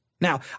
Now